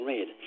Red